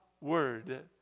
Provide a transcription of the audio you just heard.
Word